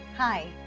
Hi